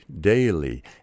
daily